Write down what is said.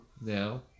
now